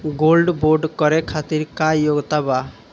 Gold bond करे खातिर का योग्यता बा?